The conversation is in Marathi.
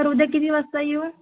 तर उद्या किती वाजता येऊ